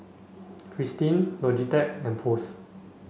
Fristine Logitech and Post